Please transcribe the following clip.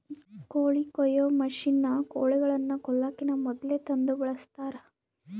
ಕೋಳಿ ಕೊಯ್ಯೊ ಮಷಿನ್ನ ಕೋಳಿಗಳನ್ನ ಕೊಲ್ಲಕಿನ ಮೊದ್ಲೇ ತಂದು ಬಳಸ್ತಾರ